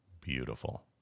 beautiful